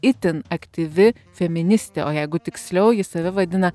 itin aktyvi feministė o jeigu tiksliau ji save vadina